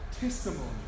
testimony